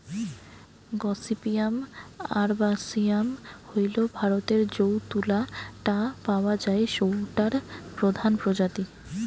gossypium আরবাসিয়াম হইল ভারতরে যৌ তুলা টা পাওয়া যায় সৌটার প্রধান প্রজাতি